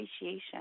appreciation